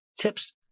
tips